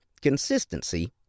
consistency